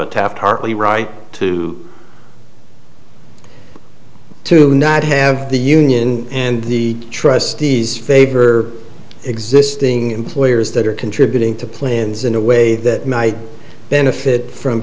a taft hartly right to to not have the union and the trustees favor existing employers that are contributing to plans in a way that my benefit from